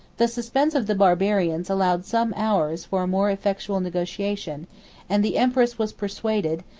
the suspense of the barbarians allowed some hours for a more effectual negotiation and the empress was persuaded,